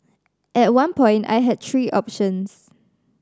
at one point I had three options